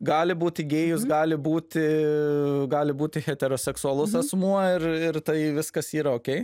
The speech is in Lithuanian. gali būti gėjus gali būti gali būti heteroseksualus asmuo ir ir tai viskas yra okei